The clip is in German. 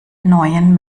neuen